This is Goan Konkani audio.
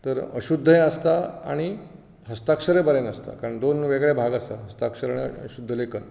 तर अशुध्दय आसतां आनी हस्ताक्षरूय बरें नासता कारण दोन वेगळे भाग आसात हस्ताक्षर आनी शुध्द लेखन